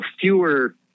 fewer